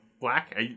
black